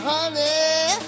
Honey